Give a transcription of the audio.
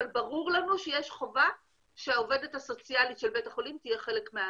אבל ברור לנו שהעובדת הסוציאלית של בית החולים תהיה חלק מההליך.